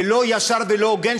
ולא ישר ולא הוגן,